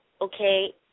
okay